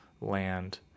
land